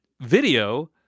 video